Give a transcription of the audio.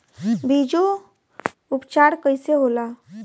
बीजो उपचार कईसे होला?